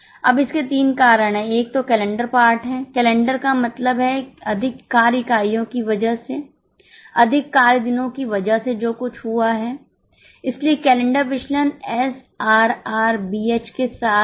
अब इसके तीन कारण हैं एक तो कैलेंडर पार्ट है कैलेंडर का मतलब है अधिक कार्य इकाइयों की वजह से अधिक कार्य दिनों की वजह से जो कुछ हुआ है इसलिए कैलेंडर विचलन एसआरआरबीएच है